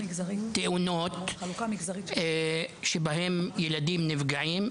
תאונות שבהן ילדים נפגעים,